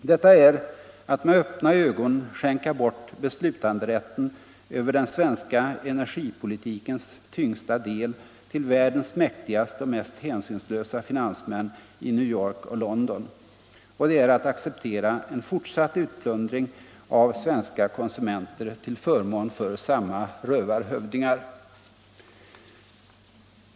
Detta är att med öppna ögon skänka bort beslutanderätten över den svenska energipolitikens tyngsta del till världens mäktigaste och mest hänsynslösa finansmän i New York och London. Och det är att acceptera en fortsatt utplundring av svenska konsumenter till förmån för samma rövarhövdingar.